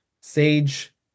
Sage